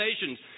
nations